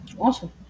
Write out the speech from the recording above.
Awesome